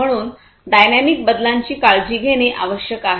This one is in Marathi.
म्हणून डायनॅमिक बदलांची काळजी घेणे आवश्यक आहे